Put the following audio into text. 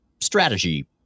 strategy